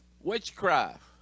witchcraft